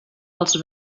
els